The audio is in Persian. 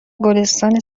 گلستان